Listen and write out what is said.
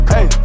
Hey